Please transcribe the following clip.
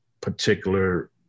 particular